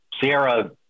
Sierra